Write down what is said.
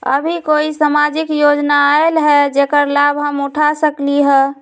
अभी कोई सामाजिक योजना आयल है जेकर लाभ हम उठा सकली ह?